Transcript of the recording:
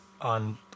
on